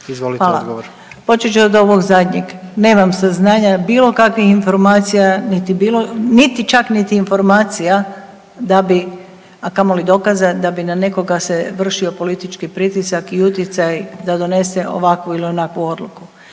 Počet ću od ovog zadnjeg. Nemam saznanja, bilo kakvih informacijama niti čak niti informacija da bi, a kamoli dokaza, da bi na nekoga se vršio politički pritisak i utjecaj da donese ovakvu ili onakvu odluku.